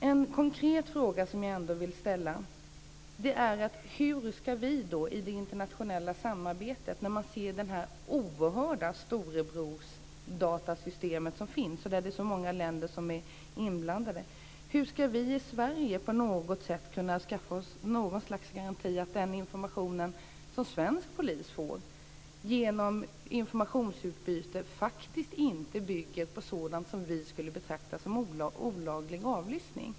En konkret fråga som jag vill ställa är: Hur ska vi i Sverige i det internationella samarbetet, när man ser detta oerhörda storebrorsdatasystem som finns där så många länder är inblandade, på något sätt kunna skaffa oss något slags garanti för att den information som svensk polis får genom informationsutbyte faktiskt inte bygger på sådant som vi skulle betrakta som olaglig avlyssning?